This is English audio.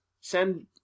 send